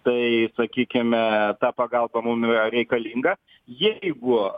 tai sakykime ta pagalba mum reikalinga jeigu